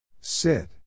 Sit